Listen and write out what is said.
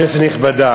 כנסת נכבדה,